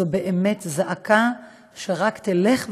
זו באמת זעקה שרק תלך ותגבר,